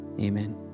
Amen